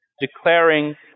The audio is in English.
declaring